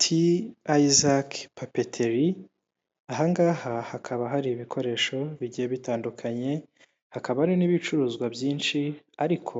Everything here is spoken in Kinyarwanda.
Ti Isaac papeteri ahangaha hakaba hari ibikoresho bigiye bitandukanye, hakaba hari n'ibicuruzwa byinshi ariko